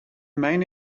main